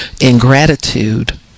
ingratitude